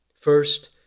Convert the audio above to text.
First